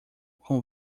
com